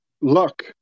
luck